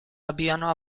abbiano